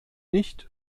nicht